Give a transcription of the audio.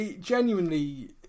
genuinely